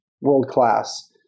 world-class